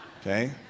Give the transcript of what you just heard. okay